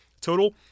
total